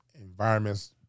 environments